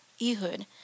Ehud